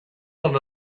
one